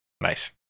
nice